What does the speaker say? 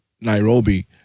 Nairobi